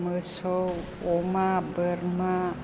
मोसौ अमा बोरमा